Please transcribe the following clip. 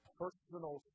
personal